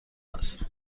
است